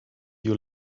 you